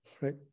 right